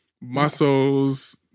Muscles